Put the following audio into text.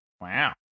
Wow